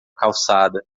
calçada